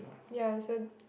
ya so